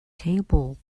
table